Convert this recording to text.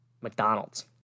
mcdonald's